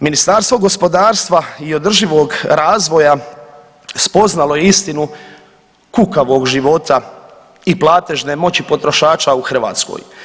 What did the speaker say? Ministarstvo gospodarstva i održivog razvoja spoznalo je istinu kukavog života i platežne moći potrošača u Hrvatskoj.